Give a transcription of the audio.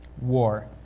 war